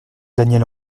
daniel